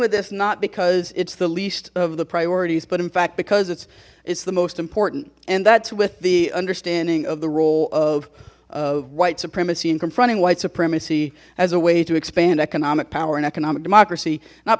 with this not because it's the least of the priorities but in fact because it's it's the most important and that's with the understanding of the role of white supremacy and confronting white supremacy as a way to expand economic power and economic democracy not